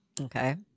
Okay